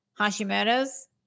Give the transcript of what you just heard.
Hashimoto's